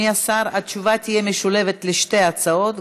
חברת הכנסת מרב מיכאלי מבקשת להצטרף כתומכת.